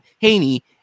Haney